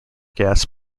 gas